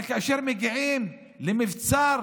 אבל כאשר מגיעים למבצר